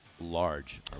large